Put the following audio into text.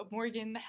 Morgan